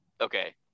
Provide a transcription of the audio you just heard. okay